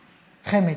חמ"ד.